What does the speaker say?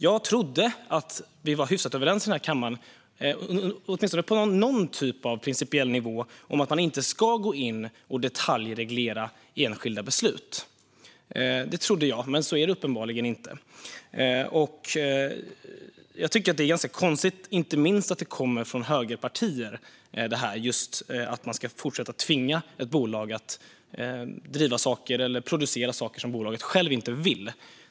Jag trodde att vi i denna kammare åtminstone på någon typ av principiell nivå var hyfsat överens om att man inte ska gå in och detaljreglera enskilda beslut. Det trodde jag, men så är det uppenbarligen inte. Jag tycker att det vore ganska konstigt att tvinga ett bolag att fortsätta driva eller producera saker mot dess vilja, inte minst när detta kommer från högerpartier.